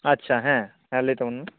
ᱟᱪᱪᱷᱟ ᱦᱮᱸ ᱦᱮᱸ ᱞᱟᱹᱭ ᱛᱟᱵᱚᱱ ᱢᱮ